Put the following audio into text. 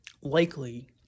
likely